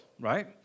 right